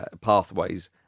pathways